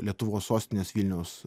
lietuvos sostinės vilniaus